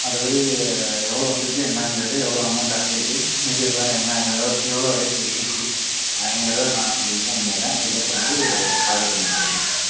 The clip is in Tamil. மற்றபடி எவ்வளோ வந்துருக்கு என்னங்கிறது எவ்வளோ அமௌண்ட் ஆயிருக்கு மெட்டீரெல்லாம் என்ன எவ்வளோ எவ்வளோ ரேட்டில் இருக்குது அப்படிங்கறத நான் உங்களுக்கு இன்ஃபார்ம் பண்ணிடுறேன் அதுக்கு ஏற்ற மாதிரி ப்ரொஜெக்ட்டை முடிச்சுருங்க